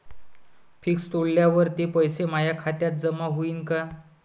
Fix तोडल्यावर ते पैसे माया खात्यात जमा होईनं का?